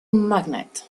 magnate